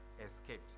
escaped